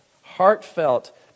heartfelt